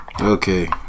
Okay